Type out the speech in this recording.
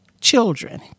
children